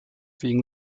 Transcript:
wegen